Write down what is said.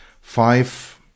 five